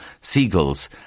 seagulls